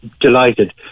delighted